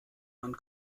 man